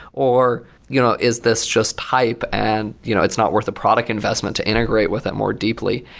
or you know is this just hype and you know it's not worth the product investment to integrate with at more deeply?